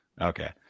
Okay